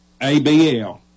ABL